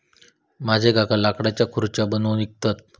माझे काका लाकडाच्यो खुर्ची बनवून विकतत